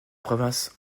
province